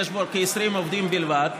יש בו כ-20 עובדים בלבד,